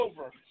over